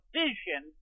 vision